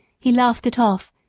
he laughed it off,